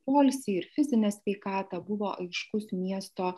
poilsį ir fizinę sveikatą buvo aiškus miesto